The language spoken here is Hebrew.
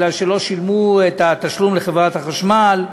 כי לא שילמו את התשלום לחברת החשמל,